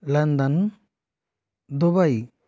London Dubai